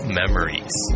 memories